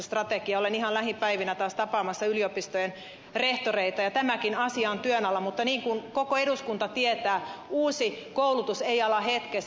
olen ihan lähipäivinä taas tapaamassa yliopistojen rehtoreita ja tämäkin asia on työn alla mutta niin kuin koko eduskunta tietää uusi koulutus ei ala hetkessä